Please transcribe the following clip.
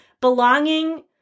belonging